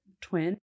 twin